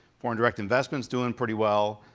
foreign direct investment's doing pretty well.